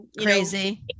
crazy